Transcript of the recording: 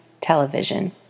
television